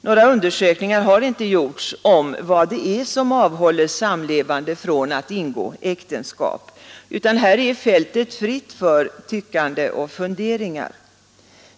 Några undersökningar har inte gjorts om vad det är som avhåller samlevande från att ingå äktenskap. Här är fältet fritt för tyckande och funderingar.